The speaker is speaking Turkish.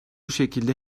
şekilde